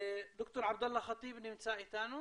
ד"ר עבדאללה חטיב נמצא איתנו?